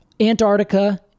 Antarctica